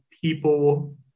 people